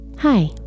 Hi